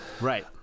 Right